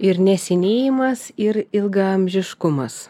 ir nesenėjimas ir ilgaamžiškumas